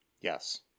yes